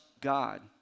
God